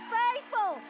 faithful